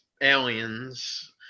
aliens